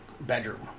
bedroom